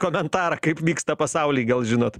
komentarą kaip vyksta pasauly gal žinot